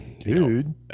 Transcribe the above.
Dude